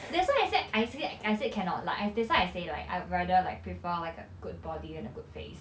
that's why I said I said I said cannot like I that's why I say like I'd rather like prefer like a good body and a good face